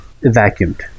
Vacuumed